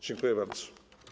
Dziękuję bardzo.